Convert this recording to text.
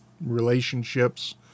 relationships